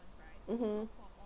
mmhmm